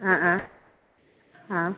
ആ ആ ആ